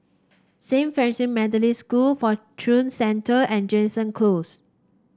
Saint Francis Methodist School Fortune Centre and Jansen Close